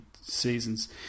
seasons